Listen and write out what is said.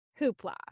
Hoopla